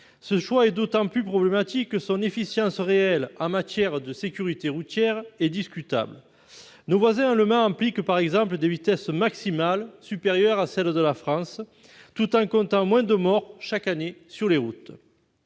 Ce choix est d'autant plus problématique que son efficience réelle en matière de sécurité routière est discutable. Nos voisins allemands appliquent, par exemple, des vitesses maximales supérieures à celles de la France, tout en comptant moins de morts chaque année sur les routes.